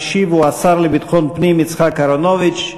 המשיב הוא השר לביטחון פנים יצחק אהרונוביץ.